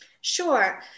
Sure